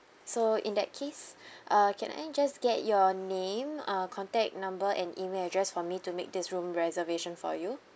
so in that case uh can I just get your name uh contact number and email address for me to make this room reservation for you